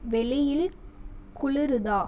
வெளியில் குளிருதா